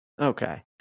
Okay